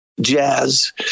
jazz